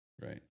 right